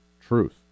truth